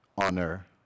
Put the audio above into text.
honor